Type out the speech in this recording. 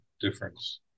difference